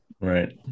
right